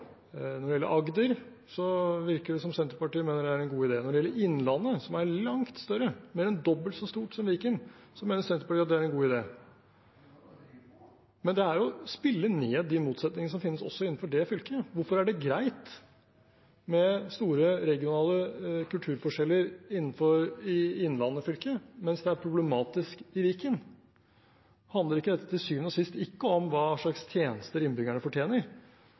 Når det gjelder Agder, virker det som om Senterpartiet mener det er en god idé. Når det gjelder Innlandet, som er langt større, mer enn dobbelt så stort som Viken, mener Senterpartiet at det er en god idé. Men det er jo å spille ned de motsetningene som finnes også innenfor det fylket. Hvorfor er det greit med store regionale kulturforskjeller innenfor Innlandet fylke, mens det er problematisk i Viken? Dette handler til syvende og sist ikke om hva slags tjenester innbyggerne fortjener,